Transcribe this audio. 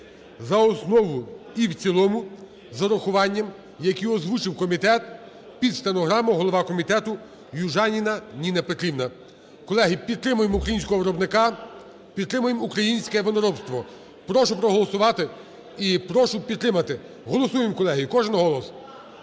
за основу і в цілому з урахуванням, які озвучив комітет під стенограму голова комітету Южаніна Ніна Петрівна. Колеги, підтримуємо українського виробника, підтримуємо українське виноробство. Прошу проголосувати і прошу підтримати. Голосуємо, колеги, кожен голос.